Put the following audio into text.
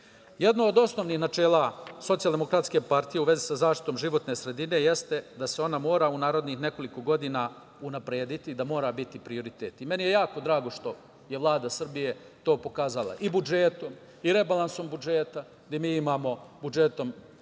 od osnovnih načela Socijaldemokratske partije u vezi sa zaštitom životne sredine jeste da se ona mora u narednih nekoliko godina unaprediti, da mora biti prioritet. Meni je jako drago što je Vlada Srbije to i pokazala budžetom i rebalansom budžeta, gde mi imamo budžetom